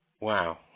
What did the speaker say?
Wow